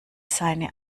seine